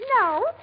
No